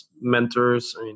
mentors